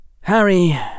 Harry